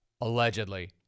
Allegedly